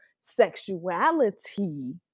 sexuality